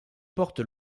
porte